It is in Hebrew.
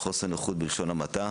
חוסר נוחות, בלשון המעטה.